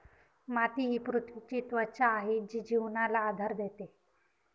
माती ही पृथ्वीची त्वचा आहे जी जीवनाला आधार देते